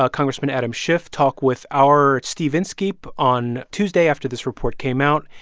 ah congressman adam schiff, talked with our steve inskeep on tuesday after this report came out.